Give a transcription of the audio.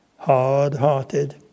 hard-hearted